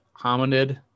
hominid